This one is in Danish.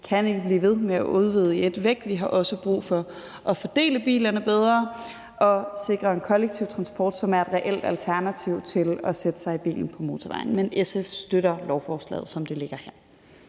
kan ikke blive ved med at udvide i et væk. Vi har også brug for at fordele bilerne bedre og sikre en kollektiv transport, som er et reelt alternativ til at sætte sig i bilen på motorvejen. SF støtter lovforslaget, som det ligger her.